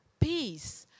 Peace